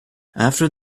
after